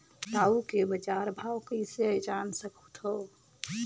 टाऊ के बजार भाव कइसे जान सकथव?